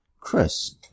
Chris